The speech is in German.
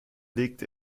legt